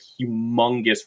humongous